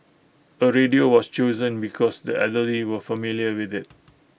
A radio was chosen because the elderly were familiar with IT